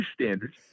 standards